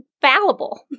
fallible